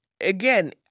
again